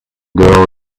girl